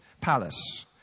palace